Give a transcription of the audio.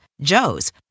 Joe's